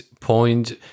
point